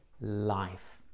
life